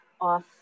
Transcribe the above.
off